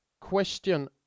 question